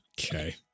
Okay